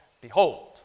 Behold